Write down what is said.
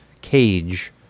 cage